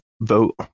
vote